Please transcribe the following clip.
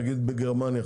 נגיד בגרמניה,